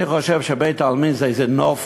אני חושב שבית-העלמין הוא נוף